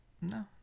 no